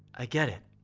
i get it.